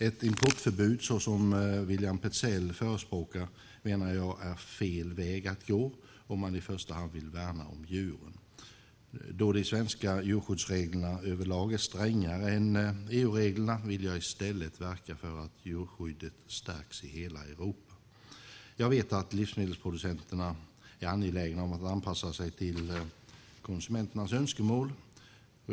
Ett importförbud såsom William Petzäll förespråkar menar jag är fel väg att gå om man i första hand vill värna om djuren. Då de svenska djurskyddsreglerna över lag är strängare än EU-reglerna vill jag i stället verka för att djurskyddet stärks i hela Europa. Jag vet att livsmedelsproducenterna är angelägna om att anpassa sig till konsumenternas önskemål.